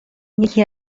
یکی